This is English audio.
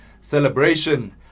celebration